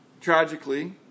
Tragically